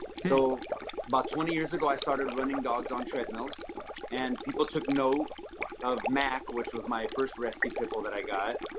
so about twenty years ago, i started running dogs on treadmills and people took note of mac, which was my first rescue pitbull that i got,